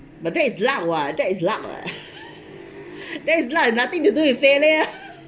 but that is luck [what] that is luck [what] that is luck and nothing to do with failure